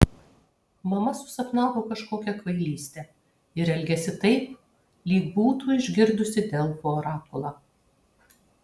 mama susapnavo kažkokią kvailystę ir elgiasi taip lyg būtų išgirdusi delfų orakulą